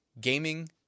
Gaming